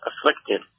afflicted